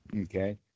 Okay